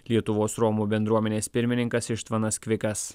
lietuvos romų bendruomenės pirmininkas ištvanas kvikas